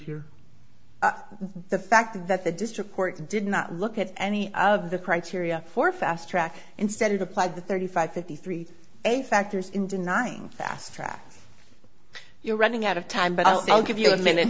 here the fact that the district court did not look at any of the criteria for fast track instead applied the thirty five fifty three eight factors in denying fast track you're running out of time but i'll give you a minute